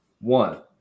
one